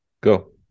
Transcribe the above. Go